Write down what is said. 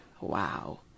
Wow